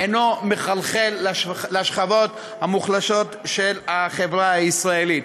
אינו מחלחל לשכבות המוחלשות של החברה הישראלית.